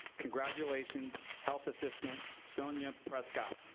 congratulations, health assistant, sonya prescott.